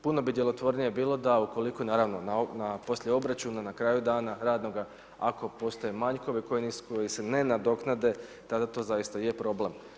Puno bi djelotvornije bilo da ukoliko naravno, poslije obračuna na kraju dana radnoga, ako postoje manjkovi koji se ne nadoknade, tada to zaista je problem.